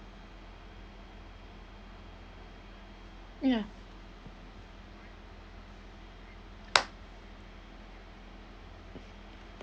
yeah